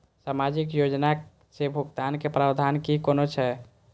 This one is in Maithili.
सामाजिक योजना से भुगतान के प्रावधान की कोना छै?